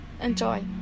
Enjoy